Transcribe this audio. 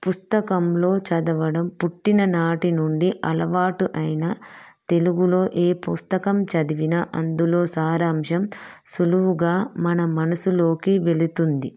పుస్తకంలో చదవడం పుట్టిననాటినుండి అలవాటు అయిన తెలుగులో ఏపుస్తకం చదివిన అందులో సారాంశం సులువుగా మన మనసులోకి వెళుతుంది